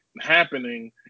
happening